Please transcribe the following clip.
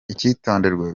icyitonderwa